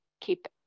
Keep